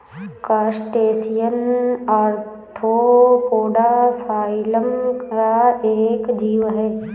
crustacean arthropoda phylum का एक जीव है